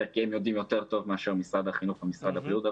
כי הם יודעים יותר טוב ממשרד החינוך וממשרד הבריאות.